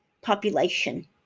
population